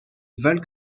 valle